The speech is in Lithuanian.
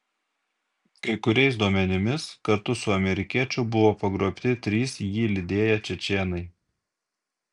kai kuriais duomenimis kartu su amerikiečiu buvo pagrobti trys jį lydėję čečėnai